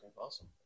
awesome